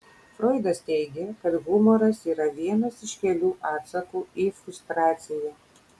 froidas teigė kad humoras yra vienas iš kelių atsakų į frustraciją